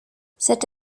cette